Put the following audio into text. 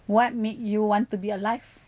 what made you want to be alive